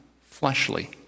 fleshly